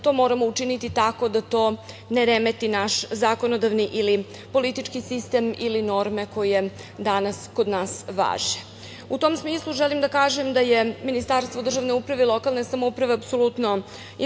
to moramo učiniti tako da to ne remeti naš zakonodavni ili politički sistem ili norme koje danas kod nas važe.U tom smislu želim da kažem da je Ministarstvo državne uprave i lokalne samouprave apsolutno ispunilo